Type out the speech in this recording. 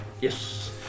Yes